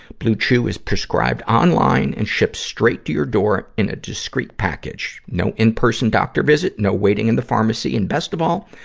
blue chew is prescribed online and shipped straight to your door in a discreet package. no in-person doctor visit. no waiting in the pharmacy. and, best of all,